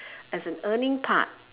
as an earning part